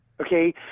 okay